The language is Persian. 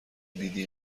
دیدی